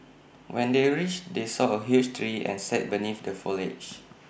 when they reached they saw A huge tree and sat beneath the foliage